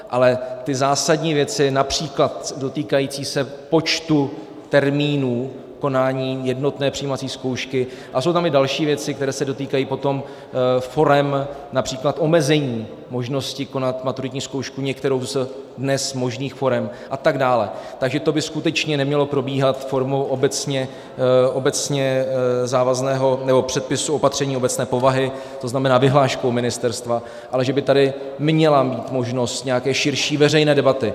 Ale ty zásadní věci, například dotýkající se počtu termínů konání jednotné přijímací zkoušky, a jsou tam i další věci, které se dotýkají potom forem, například omezení možnosti konat maturitní zkoušku některou z dnes možných forem, a tak dále to by skutečně nemělo probíhat formou obecně závazného... nebo předpisu, opatření obecné povahy, to znamená vyhláškou ministerstva, ale měla by tady být možnost nějaké širší veřejné debaty.